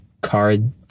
card